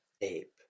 Ape